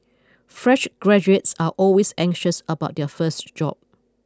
fresh graduates are always anxious about their first job